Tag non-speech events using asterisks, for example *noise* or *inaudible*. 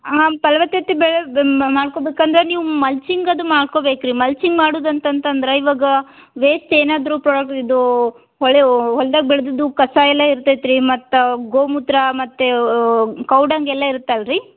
ಹಾಂ ಫಲವತ್ತತೆ ಬೆಳೆ *unintelligible* ಮಾಡ್ಕೋಬೇಕಂದರೆ ನೀವು ಮಲ್ಸಿಂಗ್ ಅದು ಮಾಡ್ಕೋಬೇಕ್ರಿ ಮಲ್ಸಿಂಗ್ ಮಾಡೋದು ಅಂತಂತಂದರೆ ಇವಾಗ ವೇಸ್ಟ್ ಏನಾದ್ರು ಪ್ರಾಡಕ್ ಇದೂ ಹೊಳೆ ಓ ಹೊಲ್ದಾಗ ಬೆಳೆದಿದ್ದು ಕಸ ಎಲ್ಲ ಇರ್ತೈತ ರೀ ಮತ್ತು ಗೋ ಮೂತ್ರ ಮತ್ತು ಕೌ ಡಂಗ್ ಎಲ್ಲ ಇರುತ್ತಲ್ರಿ